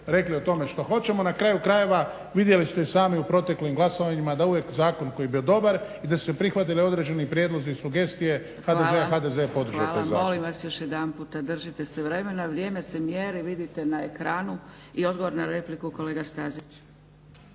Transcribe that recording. rekli o tome što hoćemo. Na kraju krajeva vidjeli ste i sami u proteklim glasovanjima da uvijek zakon koji je bio dobar i da se prihvatili određeni prijedlozi i sugestije HDZ-a, a HDz je podržao taj zakon. **Zgrebec, Dragica (SDP)** Hvala. Hvala, molim vas još jedanput držite se vremena. Vrijeme se mjeri, vidite na ekranu. I odgovor na repliku, kolega Stazić.